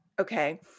Okay